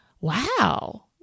Wow